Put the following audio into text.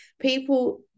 people